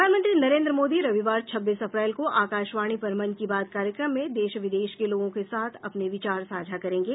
प्रधानमंत्री नरेंद्र मोदी रविवार छब्बीस अप्रैल को आकाशवाणी पर मन की बात कार्यक्रम में देश विदेश के लोगों के साथ अपने विचार साझा करेंगे